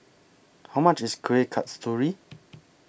How much IS Kuih Kasturi